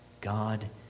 God